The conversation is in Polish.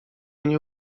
nie